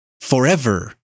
forever